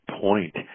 point